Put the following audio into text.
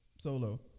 solo